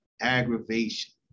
aggravation